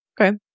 Okay